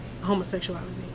homosexuality